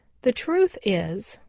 the truth is,